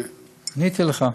עניתי לך.